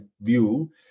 view